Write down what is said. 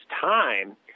time